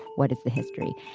what is the history.